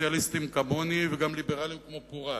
וסוציאליסטים כמוני, וגם ליברלים כמו פורז,